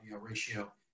ratio